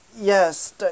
Yes